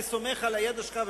אני סומך על הידע שלך,